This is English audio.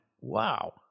wow